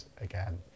again